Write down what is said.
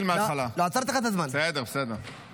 חברת הכנסת אפרת רייטן, חבר הכנסת גלעד קריב.